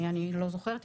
אני לא זוכרת.